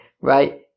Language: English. Right